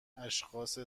اشخاص